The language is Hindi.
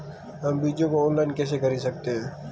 हम बीजों को ऑनलाइन कैसे खरीद सकते हैं?